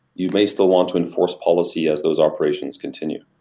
you may still want to enforce policy as those operations continue